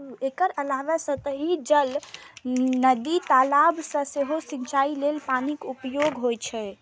एकर अलावे सतही जल, नदी, तालाब सं सेहो सिंचाइ लेल पानिक उपयोग होइ छै